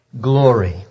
glory